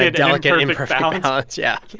a delicate and imperfect balance, yeah yeah,